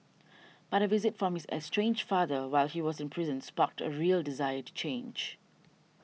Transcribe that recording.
but a visit from his estranged father while he was in prison sparked a real desire to change